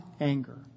anger